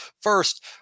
first